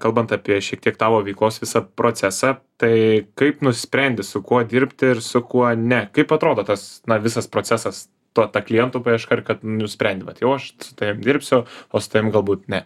kalbant apie šiek tiek tavo veiklos visą procesą tai kaip nusprendi su kuo dirbti ir su kuo ne kaip atrodo tas visas procesas tuo ta klientų paieška ir kad nusprendi vat jau aš su tavim dirbsiu o su tavim galbūt ne